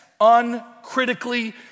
uncritically